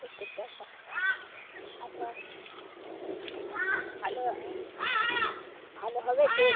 সত্তর টাকা আচ্ছা ভালো ভালো হবে টেস্ট